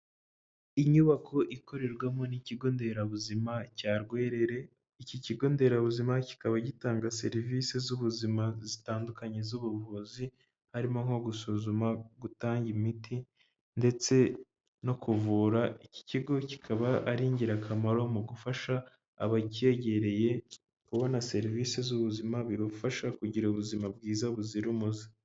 Inyubako ikorerwamo n'ikigo nderabuzima cya Rwerere, iki kigo nderabuzima kikaba gitanga serivise z'ubuzima zitandukanye z'ubuvuzi, harimo nko gusuzuma, gutanga imiti ndetse no kuvura, iki kigo kikaba ari ingirakamaro mu gufasha abacyegereye kubona serivise z'ubuzima, bibafasha kugira ubuzima bwiza buzira umuze.